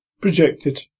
projected